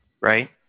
right